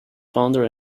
founder